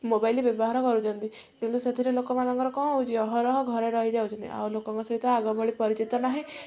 mobile ବ୍ୟବହାର କରୁଛନ୍ତି କିନ୍ତୁ ସେଥିରେ ଲୋକମାନଙ୍କର କ'ଣ ହେଉଛି ଅହରହ ଘରେ ରହିଯାଉଛନ୍ତି ଆଉ ଲୋକଙ୍କ ସହିତ ଆଗ ଭଳି ପରିଚିତ ନାହିଁ